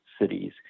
cities